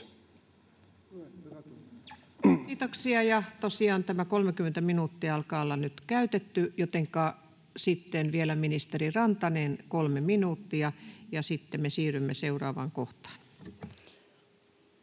— Tosiaan tämä 30 minuuttia alkaa olla nyt käytetty, jotenka sitten vielä ministeri Rantanen, kolme minuuttia, ja sitten me siirrymme seuraavaan kohtaan.